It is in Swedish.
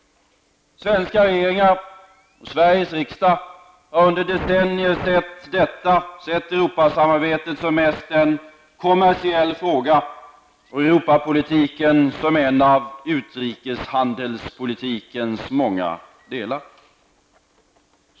Svenska regeringar och Sveriges riksdag har under decennier sett Europasamarbetet som mest en kommersiell fråga och Europapolitiken som en av utrikeshandelspolitikens många delar.